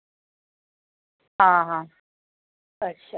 आं हा अच्छा